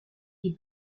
die